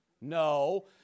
no